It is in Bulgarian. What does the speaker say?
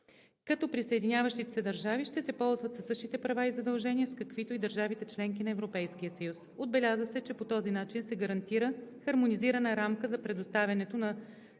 като присъединяващите се държави ще се ползват със същите права и задължения с каквито и държавите – членки на Европейския съюз. Отбеляза се, че по този начин се гарантира хармонизирана рамка за предоставянето на